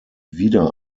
wieder